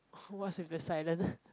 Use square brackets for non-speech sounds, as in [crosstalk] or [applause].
[laughs] what's with the silent